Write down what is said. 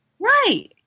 Right